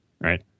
right